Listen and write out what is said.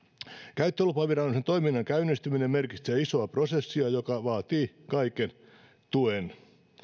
käyttölupaviranomaisen toiminnan käynnistyminen merkitsee isoa prosessia joka vaatii kaiken tuen